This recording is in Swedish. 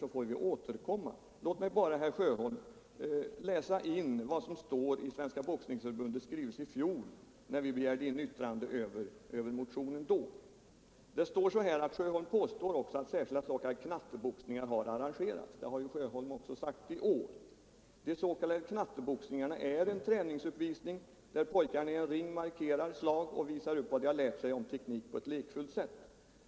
Låt mig bara, herr Sjöholm, till protokollet också läsa in vad som står i Svenska boxningsförbundets skrivelse till kulturutskottet i fjol, då vi begärde in dess yttrande över det årets motion. Det heter där bl.a.: ”Sjöholm påstår också att särskilda s.k. Knatteboxningar har arrangerats.” Det har herr Sjöholm sagt också i år. Som svar framhålls i skrivelsen: ”De s.k. Knatteboxningarna är en träningsuppvisning där pojkarna i en ring markerar slag och visar upp vad de lärt sig om teknik på ett lekfullt sätt.